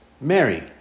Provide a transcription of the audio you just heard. Mary